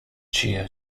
chia